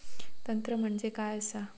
तंत्र म्हणजे काय असा?